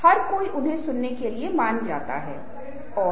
दो व्यक्ति समान अंदाज में समान तरीके से नहीं बोल रहे होंगे